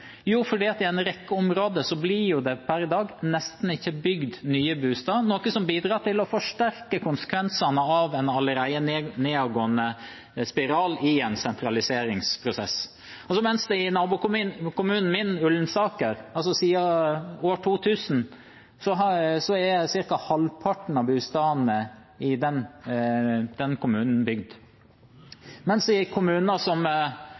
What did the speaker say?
Jo, det er fordi det i en rekke områder nesten ikke blir bygd nye boliger per i dag, noe som bidrar til å forsterke konsekvensene av en allerede nedadgående spiral i en sentraliseringsprosess. I min nabokommune Ullensaker har ca. halvparten av boligene blitt bygd siden år 2000, mens i kommuner som Gamvik, Vadsø eller Værøy er 1–2 pst. av